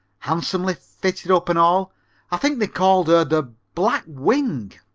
handsomely fitted up and all i think they called her the black wing